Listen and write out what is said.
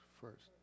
first